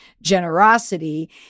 generosity